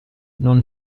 non